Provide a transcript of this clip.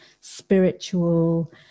spiritual